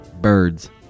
Birds